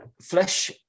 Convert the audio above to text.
flesh